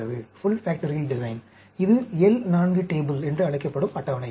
இது L 4 table என்று அழைக்கப்படும் அட்டவணை